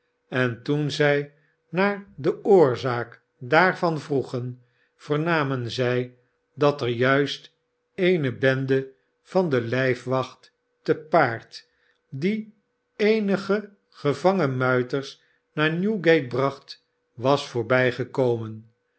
en toen zij naar de oorzaak daarvan vroegen vernamen zij dat er juist eene bende van de hjfwacht te paard die eenige ge vangen muiters naar newgate bracht was voorbijgekomen